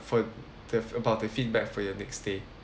for the about the feedback for your next stay